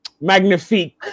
magnifique